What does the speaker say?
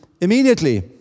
immediately